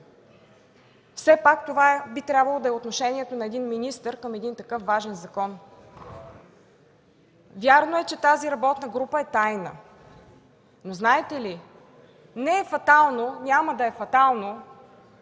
Все пак това би трябвало да е отношението на един министър към такъв важен закон. Вярно е, че тази работна група е тайна. Но, знаете ли, няма да е фатално,